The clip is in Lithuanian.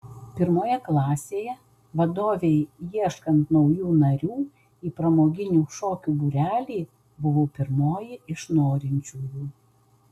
pirmoje klasėje vadovei ieškant naujų narių į pramoginių šokių būrelį buvau pirmoji iš norinčiųjų